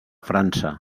frança